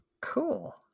Cool